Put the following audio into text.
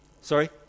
Sorry